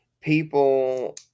people